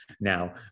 now